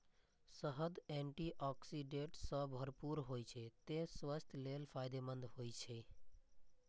शहद antioxidant सं भरपूर होइ छै, तें स्वास्थ्य लेल फायदेमंद होइ छै